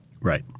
Right